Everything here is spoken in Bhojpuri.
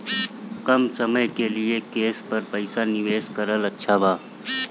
कम समय के लिए केस पर पईसा निवेश करल अच्छा बा?